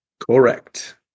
Correct